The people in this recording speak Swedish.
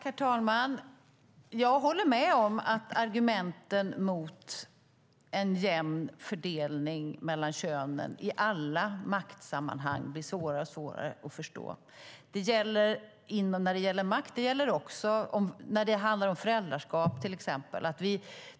Herr talman! Jag håller med om att argumenten mot en jämn fördelning mellan könen i alla maktsammanhang blir svårare och svårare att förstå. Det gäller makt, och det gäller till exempel föräldraskap.